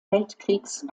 weltkriegs